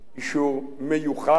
אישור מיוחד,